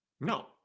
No